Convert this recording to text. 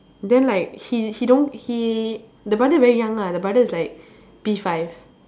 then like he he don't he the brother very young ah the brother is like P five